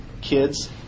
kids